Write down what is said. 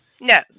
No